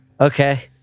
Okay